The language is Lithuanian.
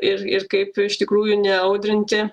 ir ir kaip iš tikrųjų neaudrinti